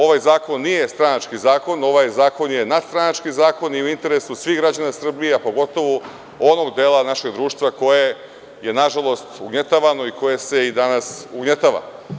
Ovaj zakon nije stranački zakon, ovaj zakon je nadstranački zakon i u interesu svih građana Srbije a pogotovu onog dela našeg društva koje je, na žalost, ugnjetavano i koje se i danas ugnjetava.